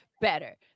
better